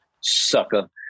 Sucker